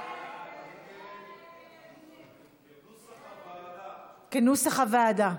כנוסח הוועדה.